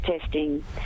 testing